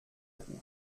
coup